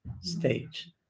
stage